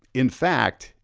in fact,